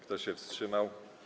Kto się wstrzymał?